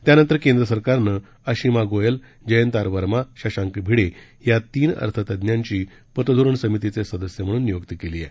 त्यानंतर केंद्र सरकारनं अशिमा गोयल जयंत आर वर्मा आणि शशांक भिडे या तीन अर्थतज्ञांची पतधोरण समितीचे सदस्य म्हणून नियुक्त केली आहे